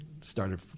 started